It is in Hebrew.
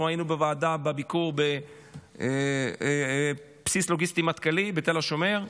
אנחנו היינו בוועדה בביקור בבסיס לוגיסטי מטכ"לי בתל השומר,